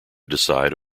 decide